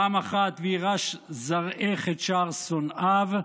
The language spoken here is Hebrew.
פעם אחת "וירש זרעך את שער שנאיו",